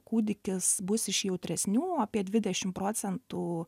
kūdikis bus iš jautresnių apie dvidešim procentų